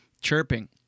chirping